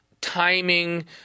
timing